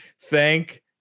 thank